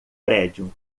prédio